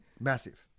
massive